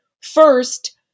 First